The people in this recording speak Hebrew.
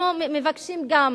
אנחנו מבקשים גם